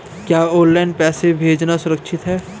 क्या ऑनलाइन पैसे भेजना सुरक्षित है?